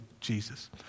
Jesus